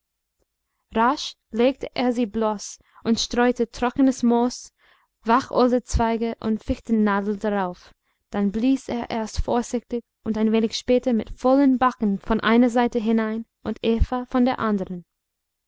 rasch legte er sie bloß und streute trockenes moos wacholderzweige und fichtennadeln darauf dann blies er erst vorsichtig und ein wenig später mit vollen backen von einer seite hinein und eva von der anderen